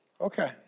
Okay